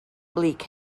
bleak